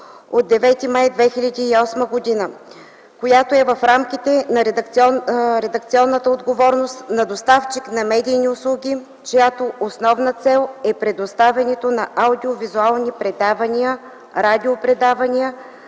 от 9 май 2008 г.), която е в рамките на редакционната отговорност на доставчик на медийни услуги, чиято основна цел е предоставянето на аудио-визуални предавания/радиопредавания